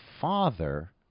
Father